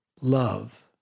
love